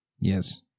Yes